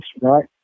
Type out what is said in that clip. right